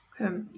Okay